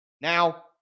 Now